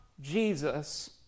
Jesus